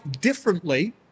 differently